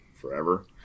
forever